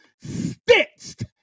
Stitched